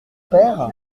père